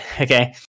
okay